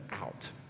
out